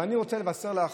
אבל אני רוצה לבשר לך,